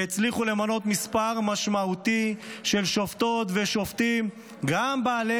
והצליחו למנות מספר משמעותי של שופטות ושופטים גם בעלי